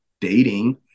dating